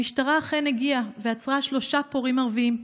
המשטרה אכן הגיעה ועצרה שלושה פורעים ערבים,